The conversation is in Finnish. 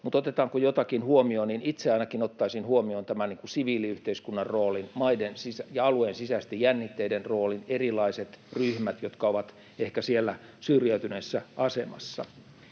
otetaanko jotakin huomioon: itse ainakin ottaisin huomioon siviiliyhteiskunnan roolin, maiden ja alueen sisäisten jännitteiden roolin, erilaiset ryhmät, jotka ovat ehkä siellä syrjäytyneessä asemassa.